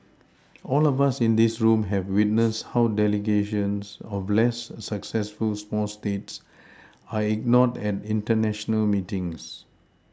all of us in this room have witnessed how delegations of less successful small States are ignored at international meetings